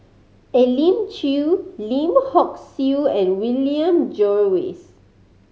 Elim Chew Lim Hock Siew and William Jervois